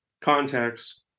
context